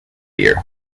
year